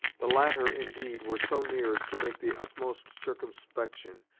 the latter, indeed, were so near as to make the utmost circumspection,